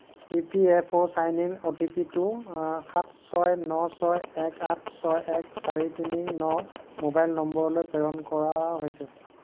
E P F O sign in অ'টিপিটো সাত ছয় ন ছয় এক আঠ ছয় এক চাৰি তিনি ন মোবাইল নম্বৰলৈ প্ৰেৰণ কৰা হৈছে